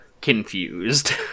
confused